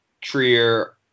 Trier